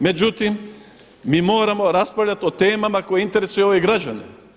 Međutim, mi moramo raspravljati o temama koje interesiraju ove građane.